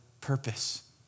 purpose